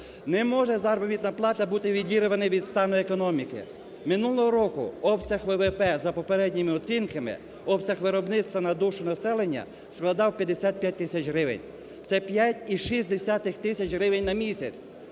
Не може заробітна плата бути відірвана від стану економіки. Минулого року обсяг ВВП, за попередніми оцінками, обсяг виробництва на душу населення складав 55 тисяч гривень, це 5,6 тисяч гривень на місяць.